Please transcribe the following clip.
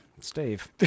Steve